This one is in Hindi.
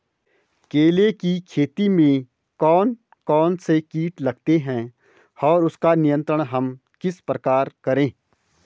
केले की खेती में कौन कौन से कीट लगते हैं और उसका नियंत्रण हम किस प्रकार करें?